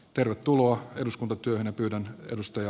tervetuloa eduskuntatyöhön